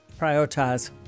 Prioritize